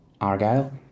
Argyle